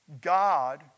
God